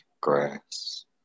Grass